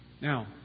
Now